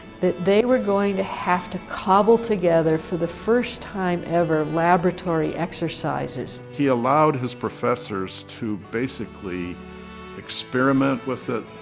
that they were going to have to cobble together for the first time ever laboratory exercises. he allowed his professors to basically experiment with it,